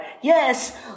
Yes